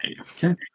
Okay